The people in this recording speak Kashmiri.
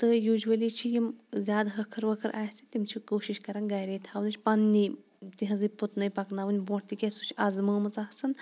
تہٕ یُجوَلی چھِ یِم زیادٕ ہَکھٕر وَکھٕر آسہِ تِم چھِ کوٗشِش کَران گَرے تھاونٕچ پَننی تِہٕنٛزٕے پُتنے پَکناوٕنۍ برٛونٛٹھ تِکیٛازِ سُہ چھِ اَزمٲومٕژ آسان